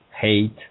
hate